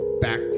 back